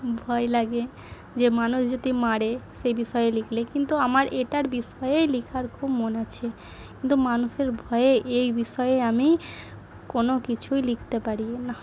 ভয় লাগে যে মানুষ যদি মারে সে বিষয়ে লিখলে কিন্তু আমার এটার বিষয়েই লিখার খুব মন আছে কিন্তু মানুষের ভয়ে এই বিষয়ে আমি কোনো কিছুই লিখতে পারি না